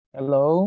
Hello